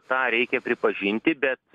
tą reikia pripažinti bet